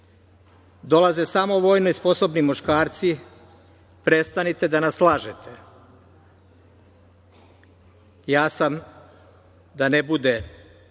„Dolaze samo vojno sposobni muškarci, prestanite da nas lažete“. Ja sam, da ne bude